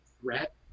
threat